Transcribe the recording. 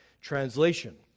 translation